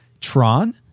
Tron